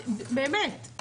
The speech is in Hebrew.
באמת.